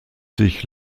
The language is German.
sich